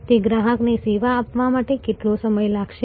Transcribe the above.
તે ગ્રાહકને સેવા આપવા માટે કેટલો સમય લાગશે